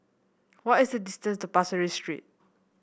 what is the distance to Pasir Ris Street